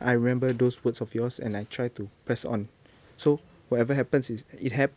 I remember those words of yours and I try to press on so whatever happens is it happen